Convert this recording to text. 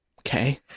Okay